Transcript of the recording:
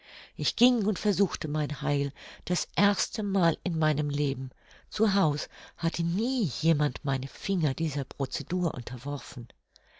ich ging und versuchte mein heil das erste mal in meinem leben zu haus hatte nie jemand meine finger dieser procedur unterworfen